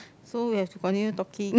so we have to continue talking